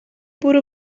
bwrw